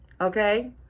okay